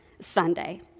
Sunday